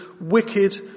wicked